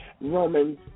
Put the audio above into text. Romans